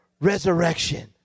resurrection